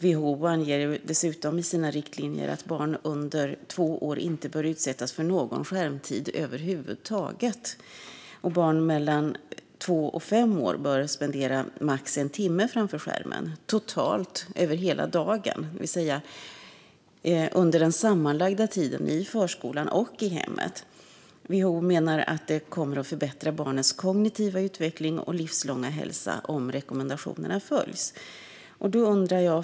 WHO anger dessutom i sina riktlinjer att barn under två år inte bör utsättas för någon skärmtid över huvud taget. Barn mellan två och fem år bör spendera max en timme framför skärmen totalt över hela dagen, det vill säga under den sammanlagda tiden i förskolan och i hemmet. WHO menar att det kommer att förbättra barnets kognitiva utveckling och livslånga hälsa om rekommendationerna följs.